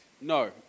No